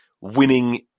winning